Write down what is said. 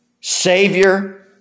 Savior